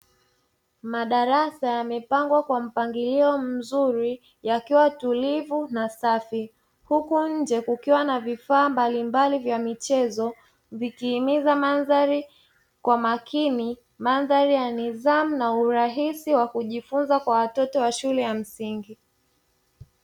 Madarasa yamepangwa kwa mpangilio mzuri yakiwa tulivu na safi, huku nje kukiwa na vifaa mbalimbali vya michezo vikihimiza mandhari kwa makini, mandhari ya nidhamu na urahisi wa kujifunza kwa watoto wa shule ya msingi.